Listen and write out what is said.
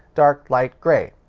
dark, light, grey.